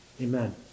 Amen